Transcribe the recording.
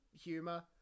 humor